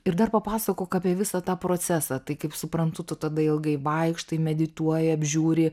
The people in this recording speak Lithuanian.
ir dar papasakok apie visą tą procesą tai kaip suprantu tu tada ilgai vaikštai medituoji apžiūri